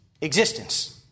existence